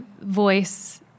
voice